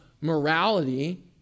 morality